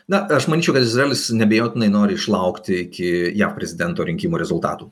na aš manyčiau kad izraelis neabejotinai nori išlaukti iki jav prezidento rinkimų rezultatų